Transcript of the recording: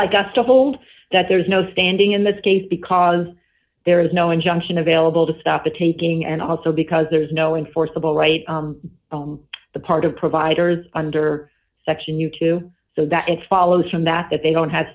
like us to hold that there is no standing in this case because there is no injunction available to stop the taking and also because there's no enforceable right the part of providers under section you to so that it follows from that that they don't have